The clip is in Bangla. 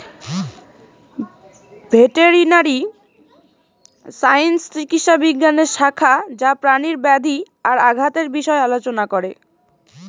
ভেটেরিনারি সায়েন্স চিকিৎসা বিজ্ঞানের শাখা যা প্রাণীর ব্যাধি আর আঘাতের বিষয় আলোচনা করে